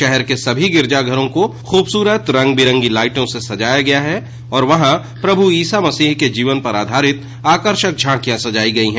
शहर के सभी गिरिजाघरों को खूबसूरत रंग बिरंगी लाइटों से सजाया गया है और वहां प्रभु ईसामसीह के जीवन पर आधारित आकर्षक झांकियां सजायी गयी हैं